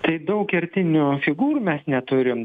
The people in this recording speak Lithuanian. tai daug kertinių figūrų mes neturim